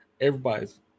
Everybody's